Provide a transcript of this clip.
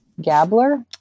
Gabler